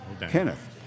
Kenneth